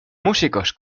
músicos